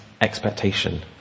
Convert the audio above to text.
expectation